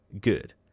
good